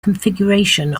configuration